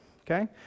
okay